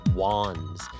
wands